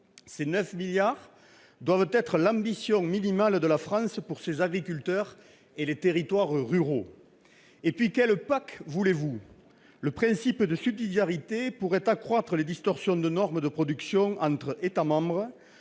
Cette somme doit être l'ambition minimale de la France pour ses agriculteurs et les territoires ruraux. Ensuite, quelle PAC voulez-vous ? Le principe de subsidiarité pourrait accroître les distorsions de normes de production entre les États membres,